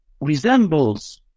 resembles